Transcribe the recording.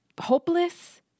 hopeless